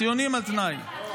ציונים על תנאי.